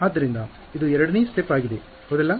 ಆದ್ದರಿಂದ ಇದು ಎರಡನೇ ಸ್ಟೆಪ್ ಆಗಿದೆ ಹೌದಲ್ಲ